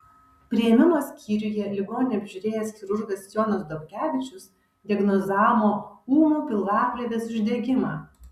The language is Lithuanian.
priėmimo skyriuje ligonį apžiūrėjęs chirurgas jonas dobkevičius diagnozavo ūmų pilvaplėvės uždegimą